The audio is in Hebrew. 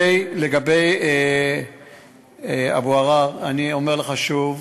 לגבי שאלת אבו עראר, אני אומר לכם שוב,